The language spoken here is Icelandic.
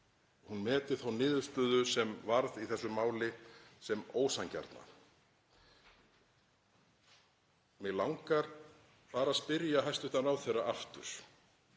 hún meti þá niðurstöðu sem varð í þessu máli sem ósanngjarna. Mig langar bara að spyrja hæstv. utanríkisráðherra aftur,